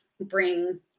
bring